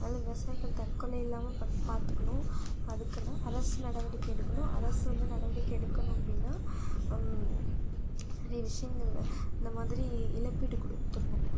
அதனால விவசாயிகள் தற்கொலை இல்லாம பன் பார்த்துக்கணும் அதுக்குன்னு அரசு நடவடிக்கை எடுக்கணும் அரசு வந்து நடவடிக்கை எடுக்கணும் அப்படினா நிறைய விஷயங்கள் இந்தமாதிரி இழப்பீடு கொடுத்தர்ணும்